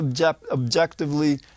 objectively